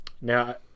Now